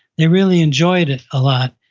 they really enjoyed it a lot.